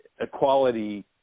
equality